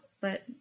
but-